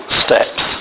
steps